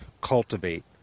cultivate